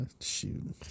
Shoot